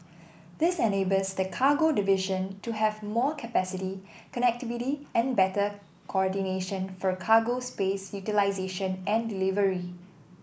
this enables the cargo division to have more capacity connectivity and better coordination for cargo space utilisation and delivery